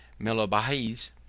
melobahes